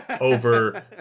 over